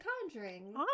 Conjuring